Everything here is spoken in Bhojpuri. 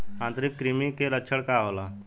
आंतरिक कृमि के लक्षण का होला?